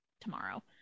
tomorrow